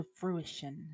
fruition